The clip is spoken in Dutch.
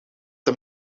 hem